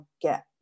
get